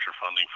funding